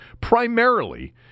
primarily